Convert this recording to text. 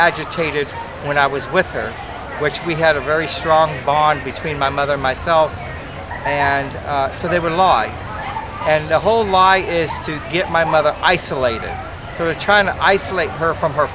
agitated when i was with her which we had a very strong bond between my mother myself and so they were in law and the whole law is to get my mother isolated trying to isolate her from her